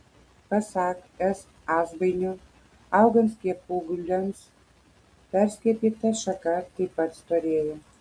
pasak s azbainio augant skiepūgliams perskiepyta šaka taip pat storėja